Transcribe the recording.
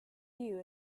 you